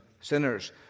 sinners